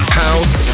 house